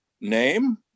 name